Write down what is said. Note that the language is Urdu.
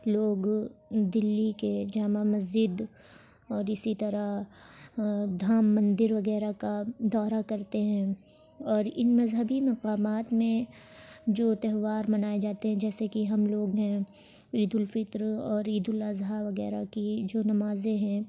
لوگ دلی کے جامع مسجد اور اسی طرح دھام مندر وغیرہ کا دورہ کرتے ہیں اور ان مذہبی مقامات میں جو تہوار منائے جاتے ہیں جیسے کہ ہم لوگ ہیں عید الفطر اور عید الاضحی وغیرہ کی جو نمازیں ہیں